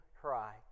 cry